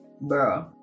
bro